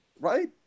right